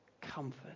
comfort